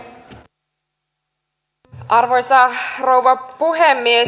arvoisa rouva puhemies